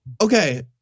Okay